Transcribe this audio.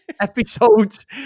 episodes